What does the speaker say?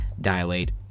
dilate